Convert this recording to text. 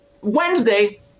Wednesday